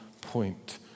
point